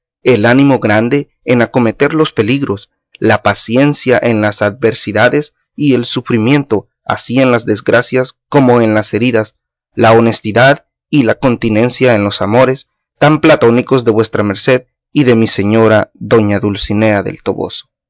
el ánimo grande en acometer los peligros la paciencia en las adversidades y el sufrimiento así en las desgracias como en las heridas la honestidad y continencia en los amores tan platónicos de vuestra merced y de mi señora doña dulcinea del toboso